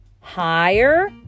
higher